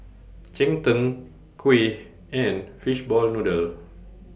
Cheng Tng Kuih and Fishball Noodle